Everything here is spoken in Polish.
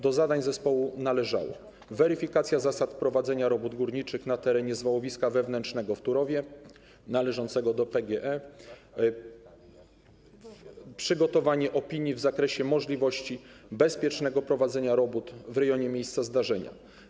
Do zadań zespołu należały weryfikacja zasad prowadzenia robót górniczych na terenie zwałowiska wewnętrznego w Turowie należącego do PGE, przygotowanie opinii w zakresie możliwości bezpiecznego prowadzenia robót w rejonie miejsca zdarzenia.